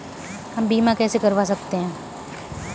हम बीमा कैसे करवा सकते हैं?